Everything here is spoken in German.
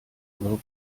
oder